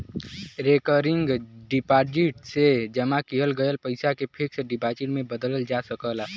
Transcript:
recurring deposit से जमा किहल गयल पइसा के फिक्स डिपाजिट में बदलल जा सकला